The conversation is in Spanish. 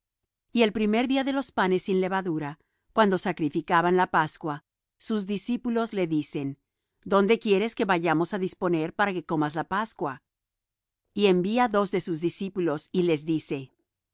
y el primer día de los panes sin levadura cuando sacrificaban la pascua sus discípulos le dicen dónde quieres que vayamos á disponer para que comas la pascua y envía dos de sus discípulos y les dice id